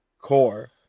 core